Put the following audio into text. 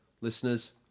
Listeners